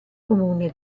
comune